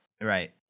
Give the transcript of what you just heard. Right